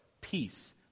peace